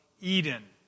Eden